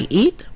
eat